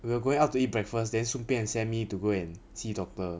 we were going out to eat breakfast then 顺便 send me to go and see doctor